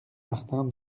martin